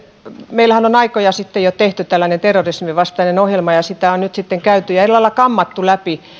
meillähän on aikoja sitten jo tehty tällainen terrorismin vastainen ohjelma ja sitä on sitten käyty ja kammattu läpi